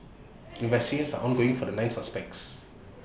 investigations are ongoing for the mine suspects